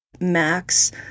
Max